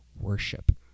worship